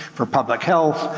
for public health,